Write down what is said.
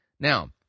Now